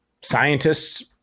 scientists